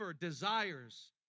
desires